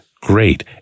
great